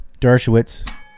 Dershowitz